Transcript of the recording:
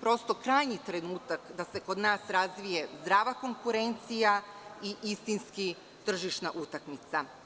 prosto krajnji trenutak da se kod nas razvije zdrava konkurencija i istinski tržišna utakmica.